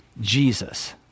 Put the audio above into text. Jesus